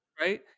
Right